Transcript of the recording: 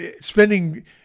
spending